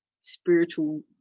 spiritual